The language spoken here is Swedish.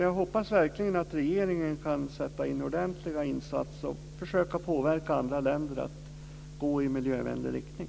Jag hoppas verkligen att regeringen kan sätta in ordentliga insatser och försöka påverka andra länder att utvecklas i miljövänlig riktning.